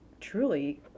truly